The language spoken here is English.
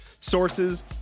sources